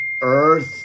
Earth